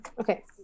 okay